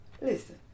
Listen